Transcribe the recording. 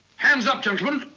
hands up, gentlemen.